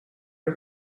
are